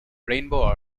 rainbow